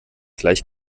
gleich